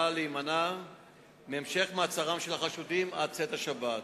להימנע מהמשך מעצרם של החשודים עד צאת השבת.